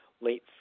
late